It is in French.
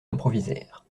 improvisèrent